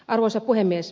arvoisa puhemies